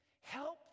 Help